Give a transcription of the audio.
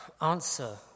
answer